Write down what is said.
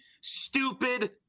stupid